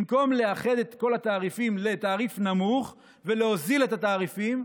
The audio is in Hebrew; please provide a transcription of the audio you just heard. במקום לאחד את כל התעריפים לתעריף נמוך ולהוזיל את התעריפים,